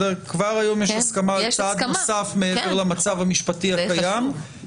כבר היום יש הסכמה על צעד נוסף מעבר למצב המשפטי הקיים,